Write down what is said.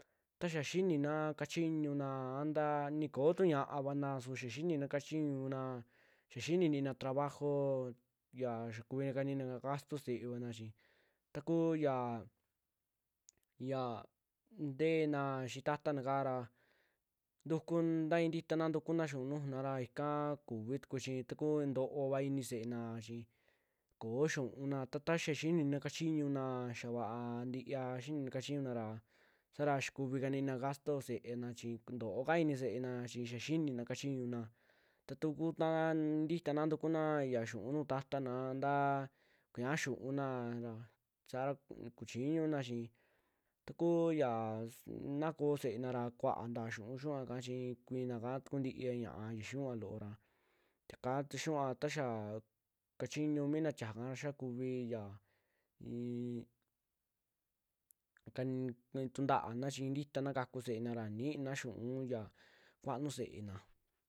Taa xiaa xiinina kachiñuna a ntaa ni koo tu ñaavana su xiaa xinina kachiñuna, xia xiini ntii na trabajo xia xaa kuvi kaniina gasto se'evana chi takuu yaa yaa nteena xii ta'atana kaara ntuku un intiita na ntukuna xiu'u nujuna ra ikaa kuvituku chi takua nto'ova ini se'ena chi ko'o xiu'una, ta xaa xinina kachiñuna xaa va'a ntia, xinina kachiñuna ra saara xia kuvi kanina gasto se'ena chi nto'o ka ini se'ena, chi xia xiinina kachiñuna, ta taku taa inita na ntukuna xiu'u nuju ta'atana ntaa kuña'a xiu'una ra saara kuchiñuna chi takuu yaa su naa ko'o se'ena ra, kuaanta xiu'u xiyuua ka chi kuiinaka takunti'ia ña'a ya xinuua lo'ó ra xaka ta xiniua ta xaa kachiñu mi naa tiajaka xaa kuvi yaa ii kan tuntaana chi i'in ntita na kaku se'ena ra niina xiu'u yaa kuaanu se'ena.